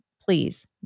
please